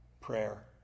prayer